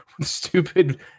stupid